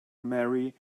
marry